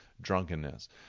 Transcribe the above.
drunkenness